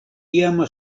iama